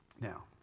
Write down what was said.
Now